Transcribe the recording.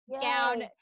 gown